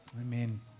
Amen